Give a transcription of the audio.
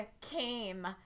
came